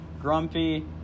grumpy